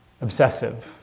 obsessive